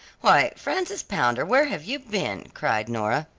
why, frances pounder, where have you been? cried nora.